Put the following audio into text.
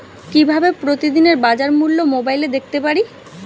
কিভাবে প্রতিদিনের বাজার মূল্য মোবাইলে দেখতে পারি?